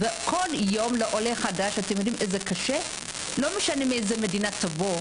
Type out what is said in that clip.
אתם יודעים כמה קשה לעולה חדש